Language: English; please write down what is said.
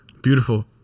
beautiful